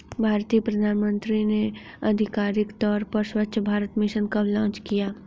भारतीय प्रधानमंत्री ने आधिकारिक तौर पर स्वच्छ भारत मिशन कब लॉन्च किया?